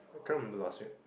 cannot remember last week